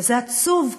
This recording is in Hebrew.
וזה עצוב,